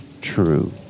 true